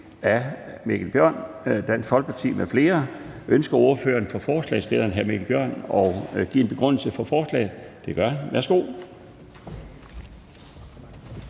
fg. formand (Bjarne Laustsen): Ønsker ordføreren for forslagsstillerne, hr. Mikkel Bjørn, at give en begrundelse for forslaget? Det gør han. Værsgo.